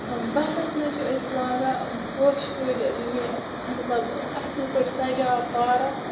بہارس منٛز چھِ أسۍ لاگان پوشہٕ کُلۍ مطلب اصٕل پٲٹھۍ سجاوان پارک